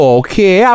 okay